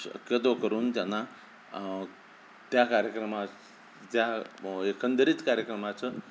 शक्यतो करून त्यांना त्या कार्यक्रमा ज्या एकंदरीत कार्यक्रमाचं